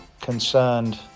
concerned